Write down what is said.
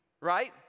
Right